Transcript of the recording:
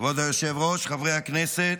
כבוד היושב-ראש, חברי הכנסת,